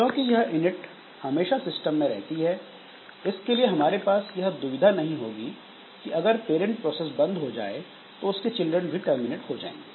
क्योंकि यह init system में हमेशा होता है इसके लिए हमारे पास यह दुविधा नहीं होगी कि अगर पेरेंट प्रोसेस बंद हो जाए तो उसके चिल्ड्रन भी टर्मिनेट हो जाएंगे